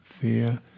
fear